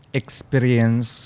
experience